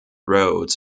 roads